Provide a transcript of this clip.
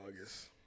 August